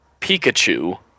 Pikachu